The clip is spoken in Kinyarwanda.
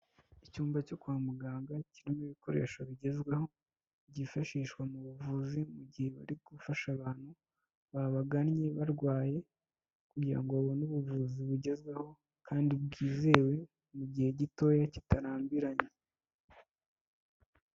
Icyumba cyo kwa muganga kirimo ibikoresho bigezweho byifashishwa mu buvuzi mu gihe bari gufasha abantu babagannye barwaye, kugira ba bone ubuvuzi bugezeho kandi bwizewe mu gihe gitoya kitarambiranye.